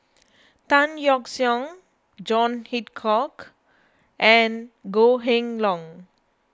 Tan Yeok Seong John Hitchcock and Goh Kheng Long